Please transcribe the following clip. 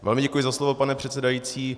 Velmi děkuji za slovo, pane předsedající.